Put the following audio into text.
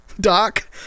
doc